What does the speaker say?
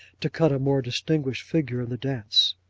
to cut a more distinguished figure in the dance.